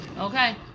okay